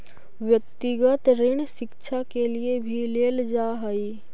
व्यक्तिगत ऋण शिक्षा के लिए भी लेल जा हई